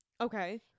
Okay